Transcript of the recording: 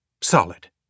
Solid